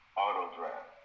auto-draft